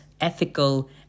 ethical